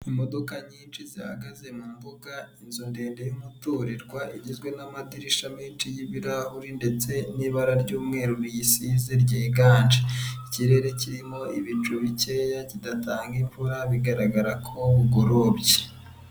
Imodoka nyinshi zihagaze mu mbuga, inzu ndende y'umuturirwa igizwe n'amadirishya menshi y'ibirahure ndetse n'ibara ry'umweru riyisize ryiganje, ikirere kirimo ibicu bikeya kidatanga imvura bigaragara ko bugorobye.